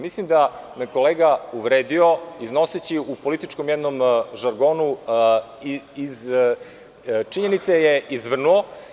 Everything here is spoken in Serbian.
Mislim da me je kolega uvredio, iznoseći u jednom političkom žargonu, iz činjenice je izvrnuo.